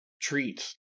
treats